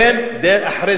אין דרך אחרת.